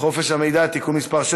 22 בעד, אין מתנגדים,